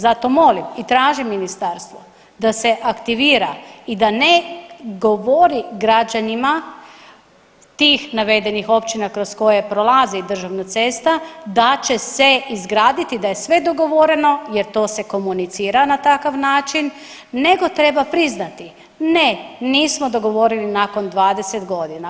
Zato molim i tražim ministarstvo da se aktivira i da ne govori gađanima tih navedenih općina kroz koje prolazi državna cesta da će se izgraditi, da je sve dogovoreno jer to se komunicira na takav način nego treba priznati, ne nismo dogovorili nakon 20 godina.